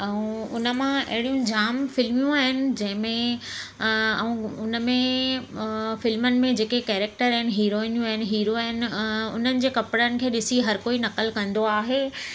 ऐं उन मां अहिड़ियूं जाम फिल्मियूं आहिनि जंहिंमें ऐं उन में फ़िल्मनि में जेके कैरेक्टर आहिनि हीरोइनियूं आहिनि हीरो आहिनि उन्हनि जे कपिड़नि खे ॾिसी हर कोई नकल कंदो आहे